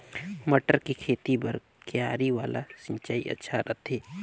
मटर के खेती बर क्यारी वाला सिंचाई अच्छा रथे?